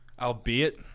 Albeit